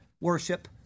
worship